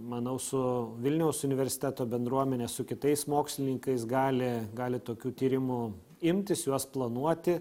manau su vilniaus universiteto bendruomene su kitais mokslininkais gali gali tokių tyrimų imtis juos planuoti